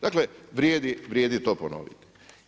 Dakle vrijedi to ponoviti.